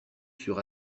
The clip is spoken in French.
sur